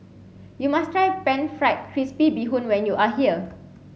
you must try pan fried crispy bee hoon when you are here